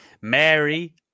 Mary